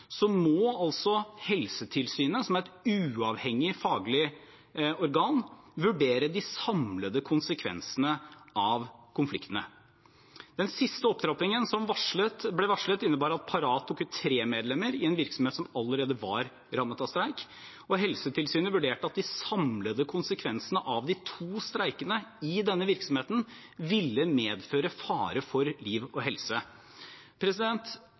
må altså Helsetilsynet, som er et uavhengig faglig organ, vurdere de samlede konsekvensene av konfliktene. Den siste opptrappingen som ble varslet, innebar at Parat tok ut tre medlemmer i en virksomhet som allerede var rammet av streik, og Helsetilsynet vurderte at de samlede konsekvensene av de to streikene i denne virksomheten ville medføre fare for liv og helse.